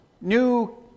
new